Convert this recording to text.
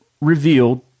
revealed